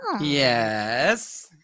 Yes